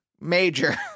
major